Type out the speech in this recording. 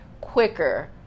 quicker